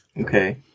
Okay